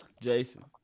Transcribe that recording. Jason